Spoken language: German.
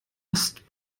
ost